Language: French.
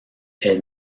est